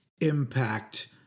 impact